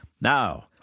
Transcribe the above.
Now